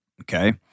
Okay